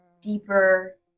deeper